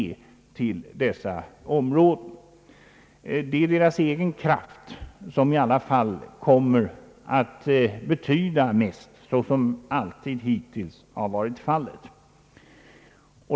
Det är den egna kraften hos invånarna i denna landsdel som i alla fall kommer att betyda mest, liksom hittills alltid varit fallet.